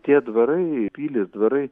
tie dvarai pilys dvarai